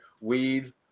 weed